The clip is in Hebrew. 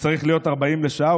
שצריך להיות 40 לשעה,